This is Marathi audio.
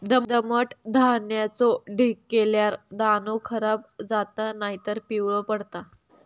दमट धान्याचो ढीग केल्यार दाणो खराब जाता नायतर पिवळो पडता